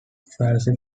falaise